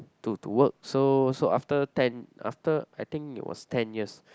to to work so so after ten after I think it was ten years